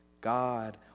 god